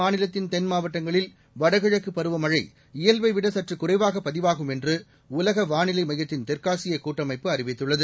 மாநிலத்தின் தென்மாவட்டங்களில் வடகிழக்குப் பருவமழை இயல்பை விட சற்று குறைவாக பதிவாகும் என்று உலக வானிலை மையத்தின் தெற்காசிய கூட்டமைப்பு அறிவித்துள்ளது